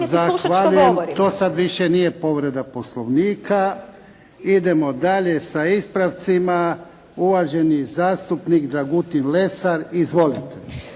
Zahvaljujem. To sada više nije povreda Poslovnika. Idemo dalje sa ispravcima. Uvaženi zastupnik Dragutin Lesar, izvolite.